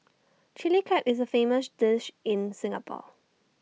Chilli Crab is A famous dish in Singapore